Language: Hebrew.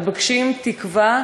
מבקשים תקווה.